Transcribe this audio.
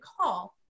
call